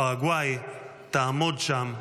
פרגוואי תעמוד שם לצידנו.